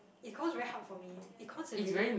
econs very hard for me econs is really